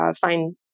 find